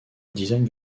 design